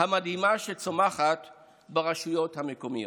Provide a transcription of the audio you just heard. המדהימה שצומחת ברשויות המקומיות.